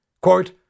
Quote